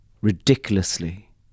ridiculously